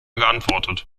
geantwortet